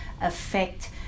affect